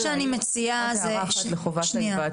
יש לי עוד הערה אחת לגבי חובת ההיוועצות.